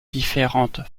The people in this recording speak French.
différentes